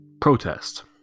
protest